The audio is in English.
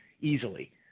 easily